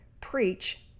preach